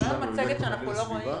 זה פיתוח שלנו של רמזור החופים.